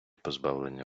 позбавлення